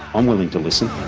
i'm willing to listen.